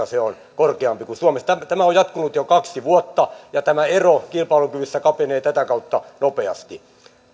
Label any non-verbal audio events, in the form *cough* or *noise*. *unintelligible* se on korkeampi kuin suomessa tämä on jatkunut jo kaksi vuotta ja tämä ero kilpailukyvyssä kapenee tätä kautta nopeasti